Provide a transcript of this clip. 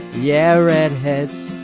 yeah. red has